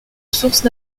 sources